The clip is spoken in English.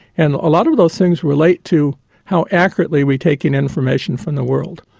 and a lot of those things relate to how accurately we take in information from the world.